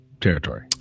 territory